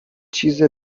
چیز